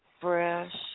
fresh